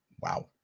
Wow